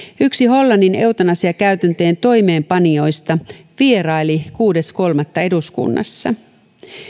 yksi hollannin eutanasiakäytäntöjen toimeenpanijoista vieraili kuudes kolmatta eduskunnassa